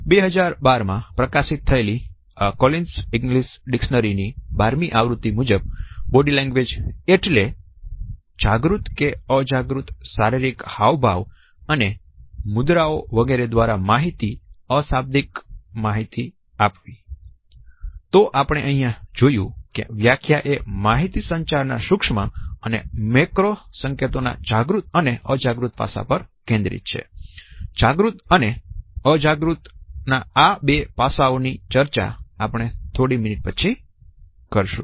2012 માં પ્રકાશિત થયેલ કોલિન્સ ઇંગ્લિશ ડિક્શનરી ની બારમી આવૃત્તિ મુજબ બોડી લેંગ્વેજ એટલે જાગ્રત કે અર્ધજાગ્રત શારીરિક હાવભાવ અને મુદ્રાઓ વગેરે દ્વારા માહિતીની અશાબ્દિક માહિતી આપવીતો આપણે અહિયાં જોયું કે વ્યાખ્યા એ માહિતી સંચાર ના સુક્ષ્મ અને મેક્રો સંકેતોના જાગ્રત અને અજાગૃત પાસા પર કેન્દ્રિતજાગૃત અને અજાગૃત આ બે પાસાઓની ચર્ચા આપણે થોડી મિનિટ પછી કરીશું